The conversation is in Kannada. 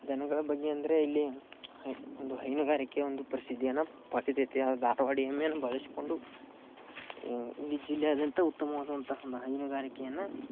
ದನಗಳ ಬಗ್ಗೆ ಅಂದರೆ ಇಲ್ಲಿ ಹೈ ಒಂದು ಹೈನುಗಾರಿಕೆ ಒಂದು ಪ್ರಸಿದ್ಧಿಯನ್ನು ಅದು ಧಾರ್ವಾಡ ಎಮ್ಮೆನ ಬಳಸ್ಕೊಂಡು ಈ ಜಿಲ್ಲೆಯಾದ್ಯಂತ ಉತ್ತಮವಾದಂಥ ಒಂದು ಹೈನುಗಾರಿಕೆಯನ್ನು